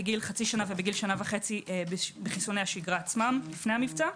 בגיל חצי שנה ובגיל שנה וחצי בחיסוני השגרה עצמם לפני המבצע.